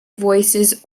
voices